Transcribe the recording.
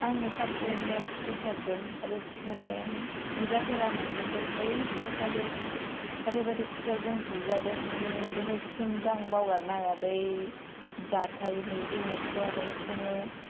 आङो सानसे मेटस टिसारजों मानि बुजाफेरामोन खिन्थु बै सानखालि ओरैबायदि स्केलजों बुजादों माने दिनैसिमबो आं बावगारनो हाया बै जाथायनि इमेजखौ आरो जोङो